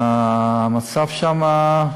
המצב שם,